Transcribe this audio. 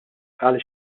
għaliex